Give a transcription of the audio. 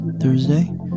Thursday